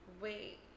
wait